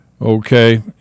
Okay